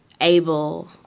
able